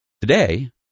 Today